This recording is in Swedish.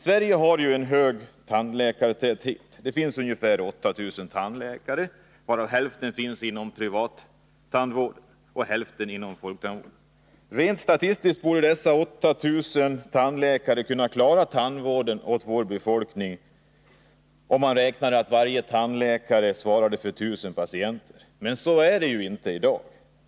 Sverige har en hög tandläkartäthet. Det finns ungefär 8 000 tandläkare, varav hälften inom privattandvården och hälften inom folktandvården. Rent statistiskt borde dessa 8000 tandläkare kunna klara tandvården åt vår befolkning, om man räknade med att varje tandläkare svarade för 1000 patienter. Men så är det ju inte i dag.